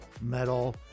metal